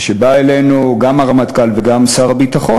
וכשבאו אלינו גם הרמטכ"ל וגם שר הביטחון,